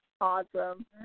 Awesome